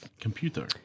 Computer